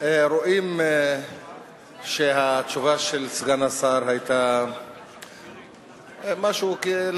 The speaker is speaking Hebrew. רואים שהתשובה של סגן השר היתה משהו כדי